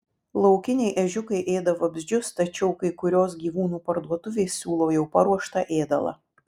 laukiniai ežiukai ėda vabzdžius tačiau kai kurios gyvūnų parduotuvės siūlo jau paruoštą ėdalą